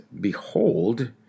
behold